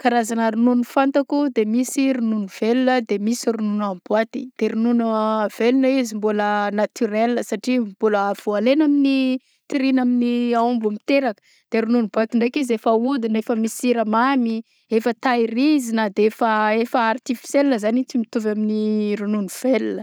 Karazana ronono fantako de misy ronono velona de misy ronono amy boaty de ronono velona izy mbola naturel satria mbola vao alaigna amign'ny tiriana amin'ny aomby miteraka; de ronono amin'ny boaty ndraiky izy efa ahodina; efa misy siramamy efa tahirizina, d'efa efa artificiel zany igny tsy mitovy amin'ny ronono velona.